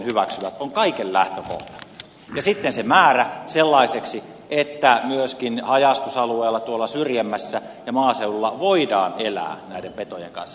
ja sitten se määrä sellaiseksi että myöskin haja asutusalueella tuolla syrjemmässä ja maaseudulla voidaan elää näiden petojen kanssa